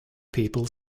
people